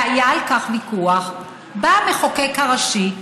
בא המחוקק הראשי,